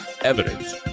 evidence